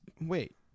Wait